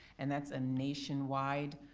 and that's a nationwide